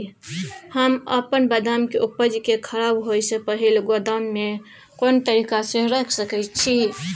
हम अपन बदाम के उपज के खराब होय से पहिल गोदाम में के तरीका से रैख सके छी?